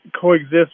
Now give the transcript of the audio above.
coexist